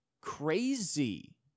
Crazy